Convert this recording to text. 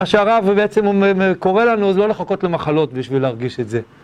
מה שהרב בעצם קורא לנו זה לא לחכות למחלות בשביל להרגיש את זה